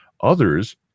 others